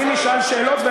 אני נשאל שאלות,